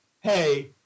Hey